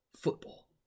football